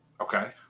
Okay